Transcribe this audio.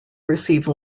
receive